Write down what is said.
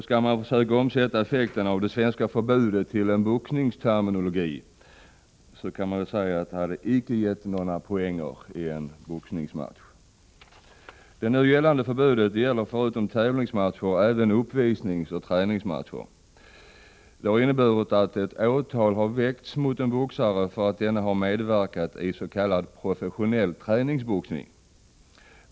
Skall man försöka omsätta effekten av det svenska förbudet till boxningsterminologi, kan man väl säga att det icke har givit några matchpoäng. Det nu gällande förbudet avser förutom tävlingsmatcher även uppvisningsoch träningsmatcher. Detta har inneburit att ett åtal har väckts mot en boxare för att denne har medverkat i s.k. professionell träningsboxning.